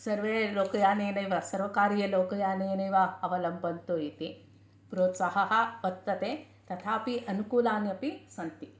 सर्वे लोकयानेनैव सर्वकारलोकयानेनैव अवलम्बन्ते इति प्रोत्साहः वर्तते तथापि अनुकूलानि अपि सन्ति